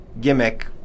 gimmick